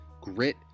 grit